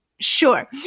Sure